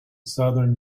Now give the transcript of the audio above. southern